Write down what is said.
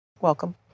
Welcome